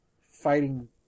fighting